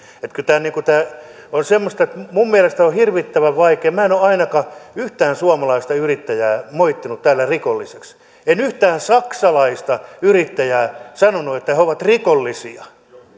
että kyllä tämä on semmoista minun mielestäni on hirvittävän vaikeaa minä en ole ainakaan yhtään suomalaista yrittäjää moittinut täällä rikolliseksi en yhdestäkään saksalaisesta yrittäjästä sanonut että he ovat rikollisia